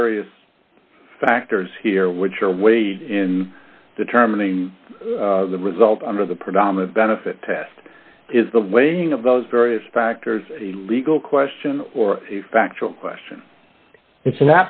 various factors here which are weighed in determining the result of the predominant benefit test is the weighing of those various factors a legal question or a factual question it's an